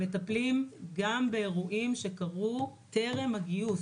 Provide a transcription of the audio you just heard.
אנחנו מטפלים גם באירועים שקרו טרם הגיוס